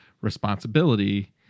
responsibility